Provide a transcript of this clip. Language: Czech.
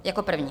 Jako první.